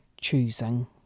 choosing